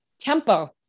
Tempo